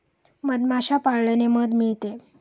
मधमाश्या पाळल्याने मध मिळते